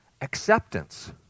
acceptance